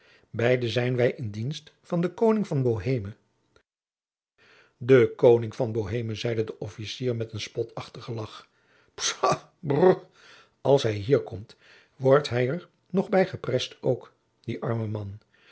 pleegzoon zijn wij in dienst van den koning van boheme de koning van boheme zeide een officier met een spotachtigen lagch pshaw brrrr als hij hier komt wordt hij er nog bij geprest ook die arme man